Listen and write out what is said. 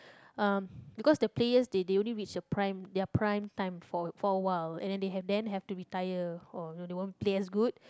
uh because the players they they only reach a prime their prime time for for awhile and then they have then have to retire or you know they won't play as good